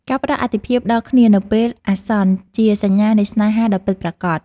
ការផ្តល់អាទិភាពដល់គ្នានៅពេលអាសន្នជាសញ្ញានៃស្នេហាដ៏ពិតប្រាកដ។